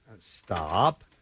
Stop